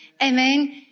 Amen